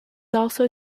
also